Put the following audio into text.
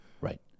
Right